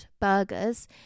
burgers